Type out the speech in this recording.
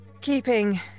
keeping